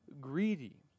greedy